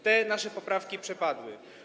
Te nasze poprawki przepadły.